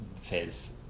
Fizz